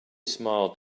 smiled